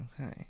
Okay